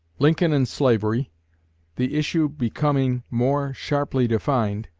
lincoln and slavery the issue becoming more sharply defined